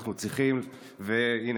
הינה,